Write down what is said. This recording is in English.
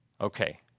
Okay